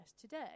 today